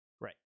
Right